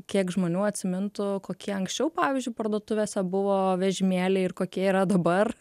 kiek žmonių atsimintų kokie anksčiau pavyzdžiui parduotuvėse buvo vežimėliai ir kokie yra dabar